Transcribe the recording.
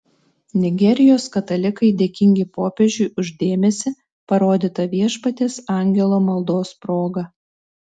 nigerijos katalikai dėkingi popiežiui už dėmesį parodytą viešpaties angelo maldos proga